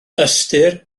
ystyr